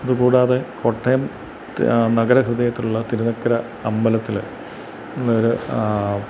അതുകൂടാതെ കോട്ടയം നഗരഹൃദയത്തിലുള്ള തിരുനിക്കര അമ്പലത്തിൽ ഉള്ളൊരു